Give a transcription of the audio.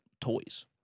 toys